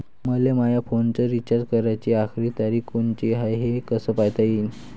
मले माया फोनचा रिचार्ज कराची आखरी तारीख कोनची हाय, हे कस पायता येईन?